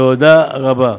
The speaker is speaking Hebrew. תודה רבה.